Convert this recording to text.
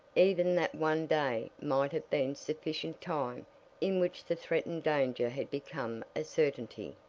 even that one day might have been sufficient time in which the threatened danger had become a certainty.